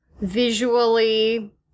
visually